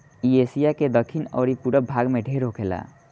इ एशिया के दखिन अउरी पूरब भाग में ढेर होखेला